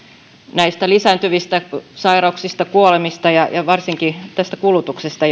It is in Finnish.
näistä lisääntyvistä sairauksista ja kuolemista varsinkin tästä kulutuksesta